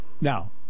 Now